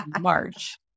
March